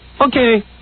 okay